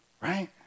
Right